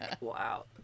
Wow